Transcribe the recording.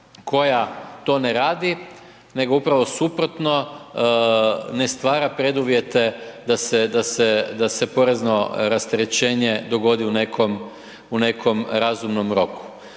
koja to ne radi nego upravo suprotno, ne stvara preduvjete da se porezno rasterećenje dogodi u nekom razumnom roku.